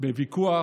בוויכוח